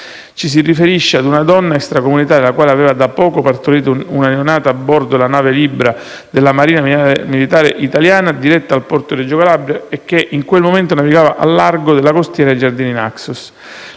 che ha riguardato una donna extracomunitaria, la quale aveva da poco partorito una neonata a bordo della nave Libra della Marina militare italiana, diretta al porto di Reggio Calabria e che, in quel momento, navigava al largo della costiera di Giardini Naxos.